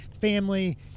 family